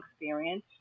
experience